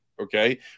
okay